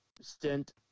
stint